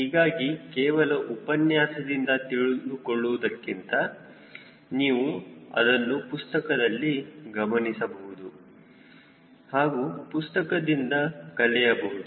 ಹೀಗಾಗಿ ಕೇವಲ ಉಪನ್ಯಾಸದಿಂದ ತಿಳಿದುಕೊಳ್ಳುವುದಕ್ಕಿಂತ ನೀವು ಅದನ್ನು ಪುಸ್ತಕದಲ್ಲಿ ಗಮನಿಸಬಹುದು ಹಾಗೂ ಪುಸ್ತಕದಿಂದ ಕಲಿಯಬಹುದು